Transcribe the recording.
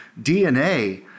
DNA